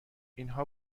اینها